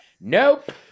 nope